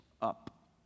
up